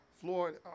Floyd